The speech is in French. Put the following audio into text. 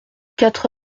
quatre